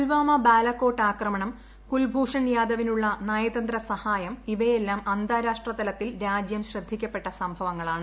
പുൽവാമ ബാലക്കോട്ട് ആക്രമണം കുൽഭൂഷൺ യാദവിനുളള നയതന്ത്രാസഹായം ഇവയെല്ലാം അന്താരാഷ്ട്രതലത്തിൽ രാജ്യം ശ്രദ്ധിക്കപ്പെട്ട് സംഭവങ്ങളാണ്